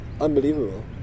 unbelievable